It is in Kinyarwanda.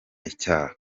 icyaha